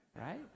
right